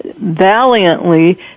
valiantly